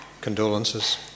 condolences